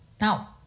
Now